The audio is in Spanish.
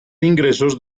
ingresos